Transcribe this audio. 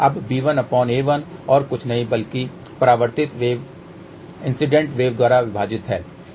अब b1a1 और कुछ नहीं बल्कि परावर्तित वेव इंसिडेंट वेव द्वारा विभाजित है